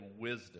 wisdom